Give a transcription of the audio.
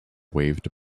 waved